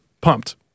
pumped